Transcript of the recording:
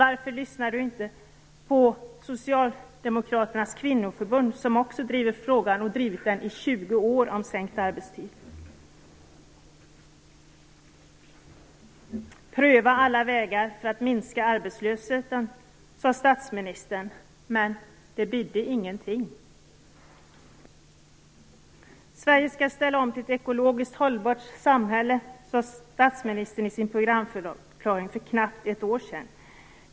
Varför lyssnar han inte på socialdemokraternas kvinnoförbund som drivit frågan om sänkt arbetstid i över tjugo år? Man skall pröva alla vägar för att minska arbetslösheten, sade statsministern. Men det bidde ingenting. Sverige skall ställa om till ett ekologiskt hållbart samhälle, sade statsministern i sin programförklaring för knappt ett år sedan.